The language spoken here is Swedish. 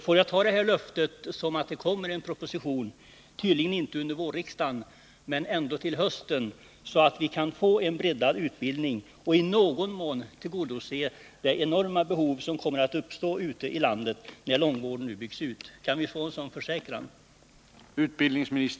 Får jag ta det som statsrådet nu sade som ett löfte om att det kommer en proposition — tydligen inte under våren men i varje fall till hösten — så att vi kan få en breddad utbildning och i någon mån tillgodose det enorma behov som kommer att uppstå ute i landet när långvården nu byggs ut. Kan vi få en försäkran om det?